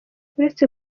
uretse